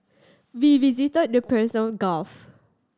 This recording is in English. we visited the Persian Gulf